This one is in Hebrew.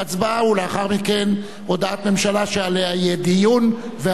ולאחר מכן הודעת ממשלה שעליה יהיו דיון והצבעה.